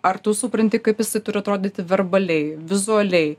ar tu supranti kaip jisai turi atrodyti verbaliai vizualiai